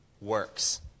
works